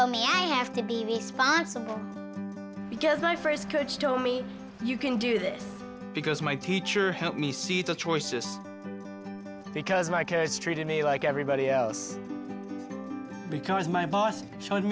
but i have to be responsible because my first coach told me you can do this because my teacher helped me see the choices because mike has treated me like everybody else because my boss showed